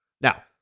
Now